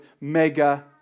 mega